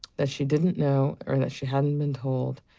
that she didn't know, or that she hadn't been told,